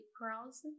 paralysis